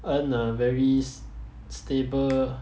earn a very stable